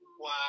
Wow